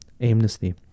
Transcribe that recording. aimlessly